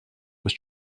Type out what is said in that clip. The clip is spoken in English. was